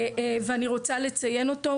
ואני רוצה לציין אותו,